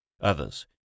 others